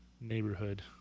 neighborhood